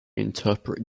interpret